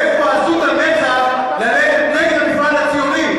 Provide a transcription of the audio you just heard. מאיפה עזות המצח ללכת נגד המפעל הציוני?